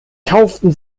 kauften